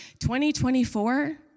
2024